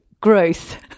growth